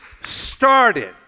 started